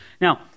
Now